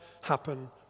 happen